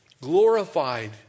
glorified